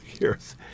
years